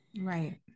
Right